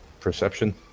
Perception